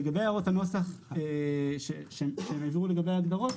לגבי הערות הנוסח שהם העבירו לגבי ההגדרות,